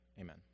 Amen